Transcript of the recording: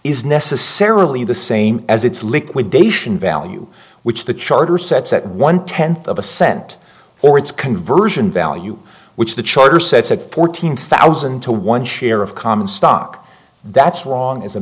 is necessarily the same as its liquidation value which the charger sets at one tenth of a cent for its conversion value which the charter said fourteen thousand to one share of common stock that's wrong as a